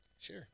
Sure